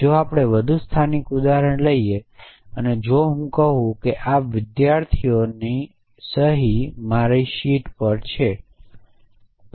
જો આપણે વધુ સ્થાનિક ઉદાહરણ લઈએ તો જો હું કહું કે આ વિદ્યાર્થીઓની સહી મારી શીટ પર છે